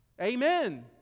Amen